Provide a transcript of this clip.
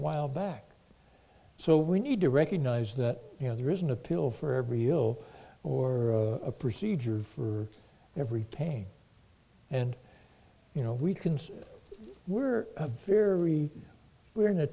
while back so we need to recognize that you know there isn't a pill for every ill or a procedure for every pain and you know we can say we're very we're in a